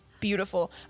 beautiful